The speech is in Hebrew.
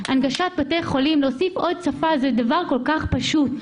הנגשת בתי חולים להוסיף עוד שפה זה דבר כל-כך פשוט.